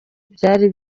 byari